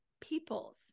peoples